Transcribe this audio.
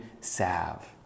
salve